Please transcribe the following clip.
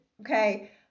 okay